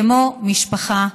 כמו משפחה.